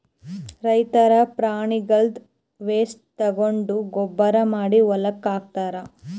ರೈತರ್ ಪ್ರಾಣಿಗಳ್ದ್ ವೇಸ್ಟ್ ತಗೊಂಡ್ ಗೊಬ್ಬರ್ ಮಾಡಿ ಹೊಲಕ್ಕ್ ಹಾಕ್ತಾರ್